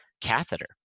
catheter